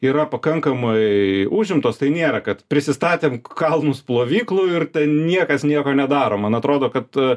yra pakankamai užimtos tai nėra kad prisistatėm kalnus plovyklų ir ten niekas nieko nedaro man atrodo kad